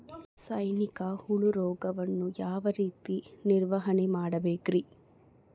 ಸೈನಿಕ ಹುಳು ರೋಗವನ್ನು ಯಾವ ರೇತಿ ನಿರ್ವಹಣೆ ಮಾಡಬೇಕ್ರಿ?